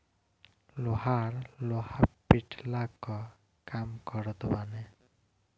लोहार लोहा पिटला कअ काम करत बाने